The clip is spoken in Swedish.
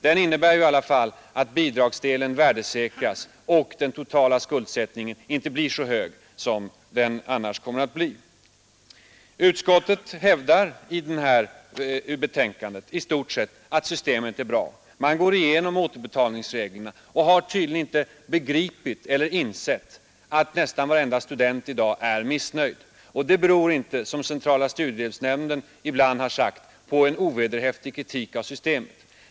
Den innebär i alla fall att bidragsdelen värdesäkras och att den totala skuldsättningen inte blir så hög som den annars kommer att bli. Utskottet hävdar i betänkandet i stort sett att systemet är bra. Man går igenom återbetalningsreglerna och har tydligen inte begripit eller insett att nästan varenda student i dag är missnöjd. Såsom centrala studiemedelsnämnden ibland har sagt beror detta inte på en ovederhäftig kritik av systemet.